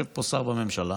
יושב פה שר בממשלה,